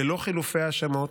ללא חילופי האשמות,